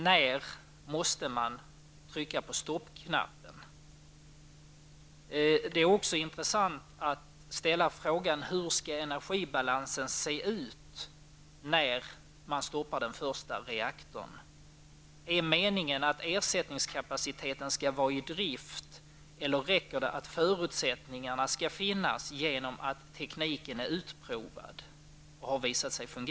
När måste man trycka på stoppknappen? Det är också intressant att fråga: Hur skall energibalansen se ut när man stoppar den första reaktorn? Skall ersättningskapaciteten vara i drift eller räcker det att förutsättningarna finns genom att tekniken är utprovad?